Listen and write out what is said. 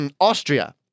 Austria